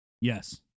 Yes